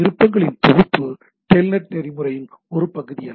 விருப்பங்களின் தொகுப்பு டெல்நெட் நெறிமுறையின் ஒரு பகுதி அல்ல